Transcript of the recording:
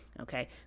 okay